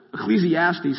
Ecclesiastes